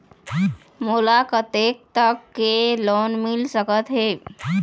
मोला कतेक तक के लोन मिल सकत हे?